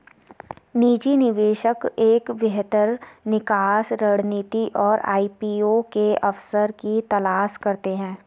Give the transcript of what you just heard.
निजी निवेशक एक बेहतर निकास रणनीति और आई.पी.ओ के अवसर की तलाश करते हैं